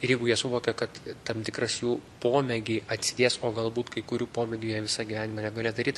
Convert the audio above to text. ir jeigu jie suvokia kad tam tikras jų pomėgiai atsidės o galbūt kai kurių pomėgių jie visą gyvenimą negalės daryt